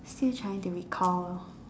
still trying to recall